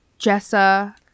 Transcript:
Jessa